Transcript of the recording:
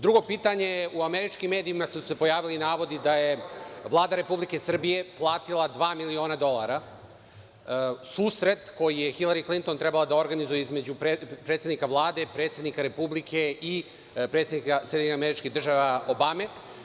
Drugo pitanje, u američkim medijima su se pojavili navodi da je Vlada Republike Srbije platila dva miliona dolara susret koji je Hilari Klinton trebala da organizuje između predsednika Vlade, predsednika Republike i predsednika SAD, Obame.